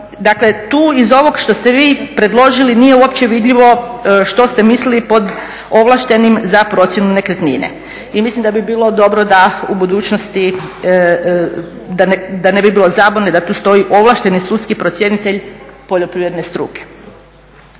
Dakle tu iz ovog što ste vi predložili nije uopće vidljivo što ste mislili pod ovlaštenim za procjenu nekretnine i mislim da bi bilo dobro da u budućnosti, da ne bi bilo zabune, da tu stoji ovlašteni sudski procjenitelj poljoprivredne struke.